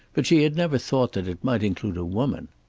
but she had never thought that it might include a woman.